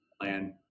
plan